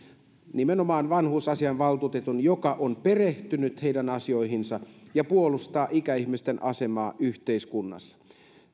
nimenomaan vanhusasianvaltuutetun joka on perehtynyt heidän asioihinsa ja puolustaa ikäihmisten asemaa yhteiskunnassa niin